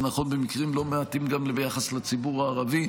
זה נכון במקרים לא מעטים גם ביחס לציבור הערבי.